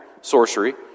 sorcery